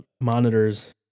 monitors